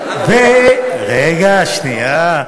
רגע, שנייה.